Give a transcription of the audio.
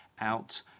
out